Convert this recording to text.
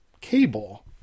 Cable